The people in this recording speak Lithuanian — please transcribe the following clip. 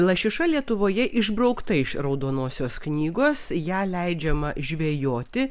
lašiša lietuvoje išbraukta iš raudonosios knygos ją leidžiama žvejoti